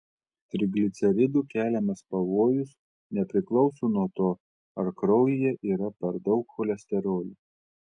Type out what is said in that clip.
trigliceridų keliamas pavojus nepriklauso nuo to ar kraujyje yra per daug cholesterolio